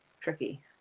tricky